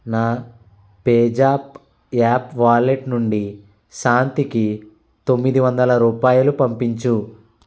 నా పేజాప్ app wallet నుండి శాంతికి తొమ్మిది వందల రూపాయలు పంపించు